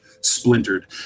splintered